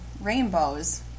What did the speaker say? rainbows